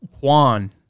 Juan